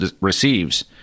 receives